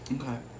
Okay